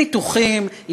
ניתוחים,